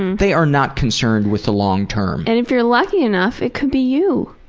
they are not concerned with the long term. and if you're lucky enough it could be you!